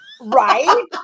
right